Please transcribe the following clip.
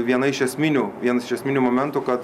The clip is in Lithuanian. viena iš esminių vienas iš esminių momentų kad